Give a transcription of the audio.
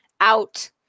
out